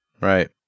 Right